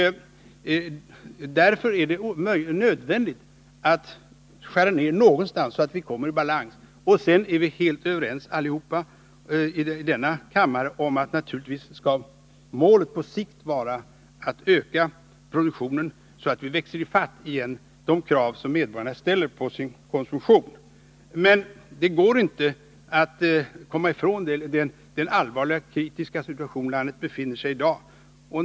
Därför är det nödvändigt att skära ned någonstans, så att vi kommer i balans. Alla i den här kammaren lär vara överens om att målet på sikt måste vara att öka produktionen, så att vi kan tillgodose medborgarnas konsumtionsbehov. Det går emellertid inte att komma ifrån att vårt land i dag befinner sig i en allvarlig ekonomisk situation.